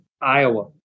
Iowa